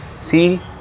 See